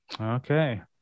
Okay